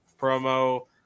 promo